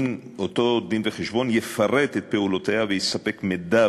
אותו דין-וחשבון יפרט את פעולותיה ויספק מידע